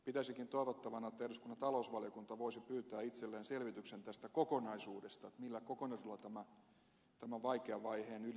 pitäisinkin toivottavana että eduskunnan talousvaliokunta voisi pyytää itselleen selvityksen tästä kokonaisuudesta millä kokonaisuudella tämän vaikean vaiheen yli mennään